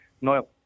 Noel